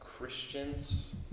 Christians